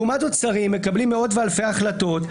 לעומת זאת שרים מקבלים מאות ואלפי החלטות,